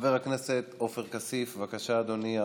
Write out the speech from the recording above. חבר הכנסת עופר כסיף, בבקשה, אדוני.